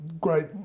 great